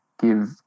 give